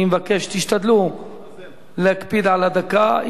אני מבקש שתשתדלו להקפיד על הדקה.